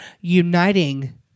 uniting